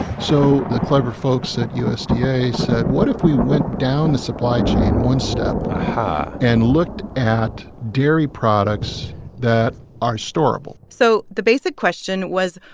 so the clever folks at usda said, what if we went down the supply chain one step. aha. and looked at dairy products that are storable? so the basic question was,